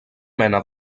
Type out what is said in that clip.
mena